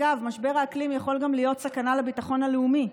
אגב, משבר האקלים יכול להיות סכנה לביטחון הלאומי.